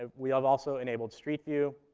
ah we have also enabled street view.